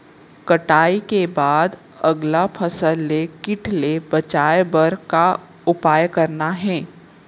कटाई के बाद अगला फसल ले किट ले बचाए बर का उपाय करना हे?